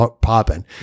popping